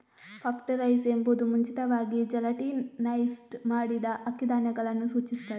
puffed rice ಎಂಬುದು ಮುಂಚಿತವಾಗಿ gelatinised ಮಾಡಿದ ಅಕ್ಕಿ ಧಾನ್ಯಗಳನ್ನು ಸೂಚಿಸುತ್ತದೆ